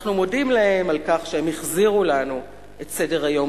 אנחנו מודים להם על כך שהם החזירו לנו את סדר-היום